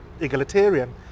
egalitarian